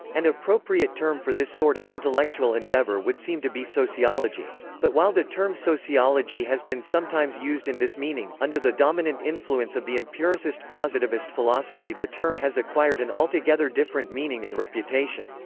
an appropriate term for this sort of intellectual endeavor would seem to be sociology. but while the term sociology has been sometimes used in this meaning, under the dominant influence of the empiricist-positivist philosophy the term has acquired an altogether different meaning and reputation.